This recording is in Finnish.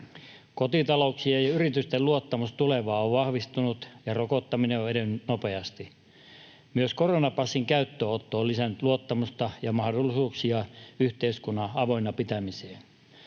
Kotitalouksien ja yritysten luottamus tulevaan on vahvistunut, ja rokottaminen on edennyt nopeasti. Myös koronapassin käyttöönotto on lisännyt luottamusta ja mahdollisuuksia yhteiskunnan avoinna pitämiseen.